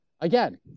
Again